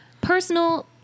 personal